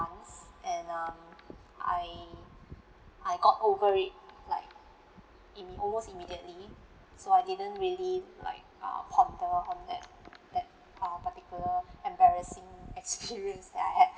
and um I I got over it like in the almost immediately so I didn't really like uh ponder on that that uh particular embarrassing experience that I had